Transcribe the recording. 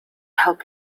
help